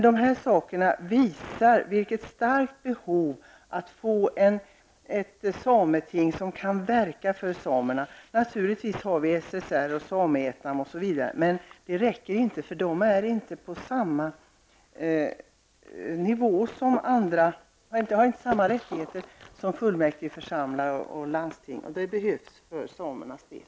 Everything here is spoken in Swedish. De här sakerna visar vilket starkt behov det finns att få ett sameting som kan verka för samerna. Naturligtvis har de SSR och och Samiätnam, men det räcker inte för de har inte samma rättigheter som fullmäktigeförsamling och landsting. Det behövs för samernas del.